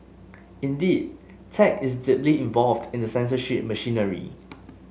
indeed tech is deeply involved in the censorship machinery